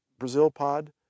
BrazilPod